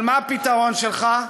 אבל מה הפתרון שלך?